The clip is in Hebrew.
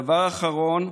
דבר אחרון,